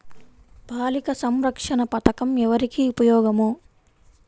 బాలిక సంరక్షణ పథకం ఎవరికి ఉపయోగము?